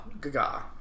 Gaga